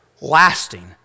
lasting